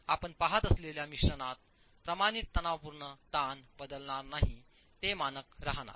आपण पहात असलेल्या मिश्रणात प्रमाणित तणावपूर्ण ताण बदलणार नाही तर ते मानक राहणार